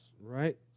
Right